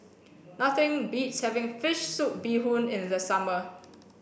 nothing beats having fish soup bee hoon in the summer